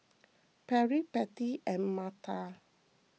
Patty Pete and Marta